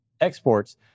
exports